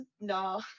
No